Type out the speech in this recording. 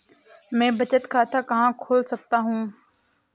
मैं बचत खाता कहाँ खोल सकता हूँ?